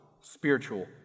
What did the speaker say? spiritual